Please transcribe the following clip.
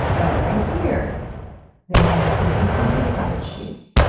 but i hear that it has the consistency of cottage cheese,